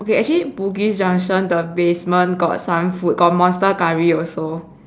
okay actually Bugis junction the basement got some food got monster curry also